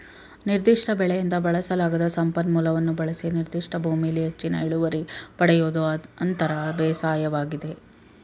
ನಿರ್ದಿಷ್ಟ ಬೆಳೆಯಿಂದ ಬಳಸಲಾಗದ ಸಂಪನ್ಮೂಲವನ್ನು ಬಳಸಿ ನಿರ್ದಿಷ್ಟ ಭೂಮಿಲಿ ಹೆಚ್ಚಿನ ಇಳುವರಿ ಪಡಿಯೋದು ಅಂತರ ಬೇಸಾಯವಾಗಿದೆ